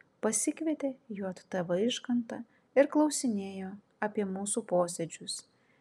pasikvietė j t vaižgantą ir klausinėjo apie mūsų posėdžius